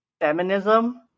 feminism